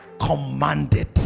Commanded